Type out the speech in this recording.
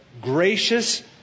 gracious